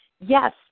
Yes